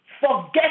Forget